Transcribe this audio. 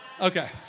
Okay